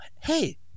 hey